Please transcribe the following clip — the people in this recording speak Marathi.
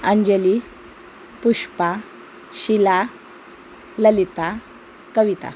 अंजली पुष्पा शीला ललिता कविता